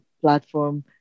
platform